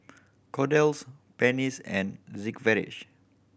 Kordel's Pansy and Sigvaris